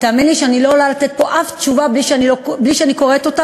ותאמין לי שאני לא עולה לתת פה אף תשובה בלי שאני קוראת אותה,